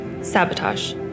Sabotage